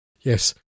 Yes